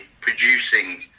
producing